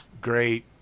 great